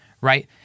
right